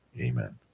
Amen